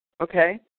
okay